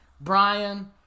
Brian